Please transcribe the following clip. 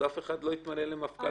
אף אחד בעולם לא יתמנה למפכ"ל.